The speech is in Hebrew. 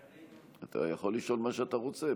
אתה יכול לשאול מה שאתה רוצה.